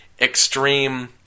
extreme